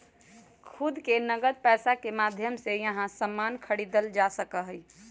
खुद से नकद पैसा के माध्यम से यहां सामान खरीदल जा सका हई